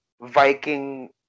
Viking